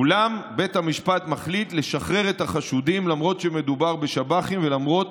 אולם בית המשפט החליט לשחרר את החשודים למרות שמדובר בשב"חים ולמרות